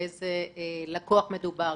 באיזה לקוח מדובר,